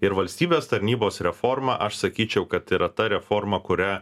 ir valstybės tarnybos reforma aš sakyčiau kad yra ta reforma kurią